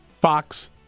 Fox